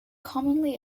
commonly